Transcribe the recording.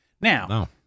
Now